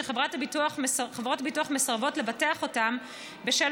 שחברות ביטוח מסרבות לבטח אותם בשל